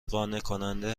قانعکننده